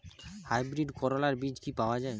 Hybrid করলার বীজ কি পাওয়া যায়?